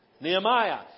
Nehemiah